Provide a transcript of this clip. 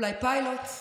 אולי פיילוט.